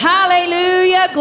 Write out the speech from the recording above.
Hallelujah